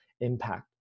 impact